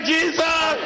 Jesus